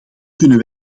kunnen